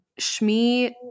Shmi